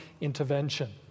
intervention